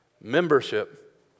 membership